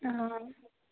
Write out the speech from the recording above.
অঁ